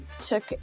took